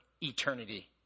eternity